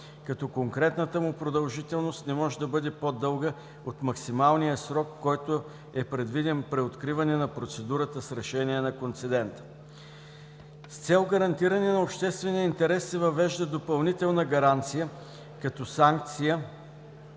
като конкретната му продължителност не може да бъде по-дълга от максималния срок, който е предвиден при откриване на процедурата с решение на концедента. С цел гарантиране на обществения интерес се въвежда допълнителна гаранция като санкция